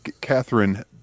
Catherine